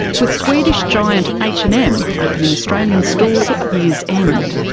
with swedish giant h and m opening australian stores at year's end.